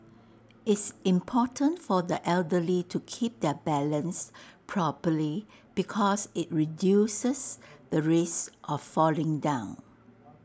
it's important for the elderly to keep their balance properly because IT reduces the risk of falling down